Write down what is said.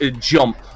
jump